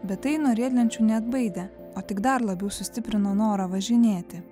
bet tai nuo riedlenčių neatbaidė o tik dar labiau sustiprino norą važinėti